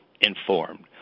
informed